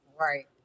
Right